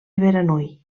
beranui